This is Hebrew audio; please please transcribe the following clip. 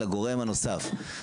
לגורם הנוסף.